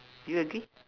do you agree